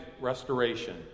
restoration